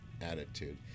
attitude